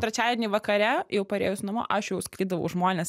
trečiadienį vakare jau parėjus namo aš jau skaitydavau žmones